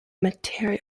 materiel